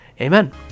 Amen